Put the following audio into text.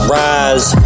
rise